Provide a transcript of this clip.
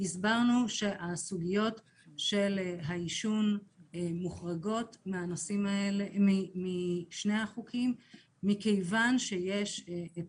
הסברנו שהסוגיות של העישון מוחרגות משני החוקים מכיוון שיש את